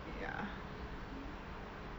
ya